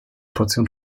portion